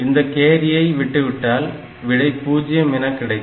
இந்தக் கேரியை விட்டுவிட்டால் விடை 0 என கிடைக்கும்